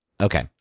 Okay